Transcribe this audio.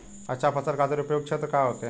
अच्छा फसल खातिर उपयुक्त क्षेत्र का होखे?